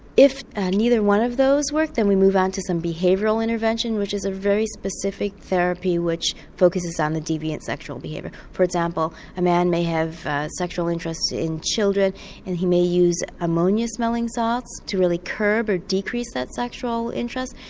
if neither one of those works, then me move on to some behavioural intervention which is a very specific therapy which focuses on the deviant sexual behaviour. for example a man may have a sexual interest in children and he may use ammonia smelling salts to really curb or decrease that sexual interest.